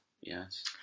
yes